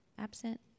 Absent